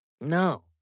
No